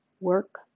Work